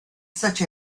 such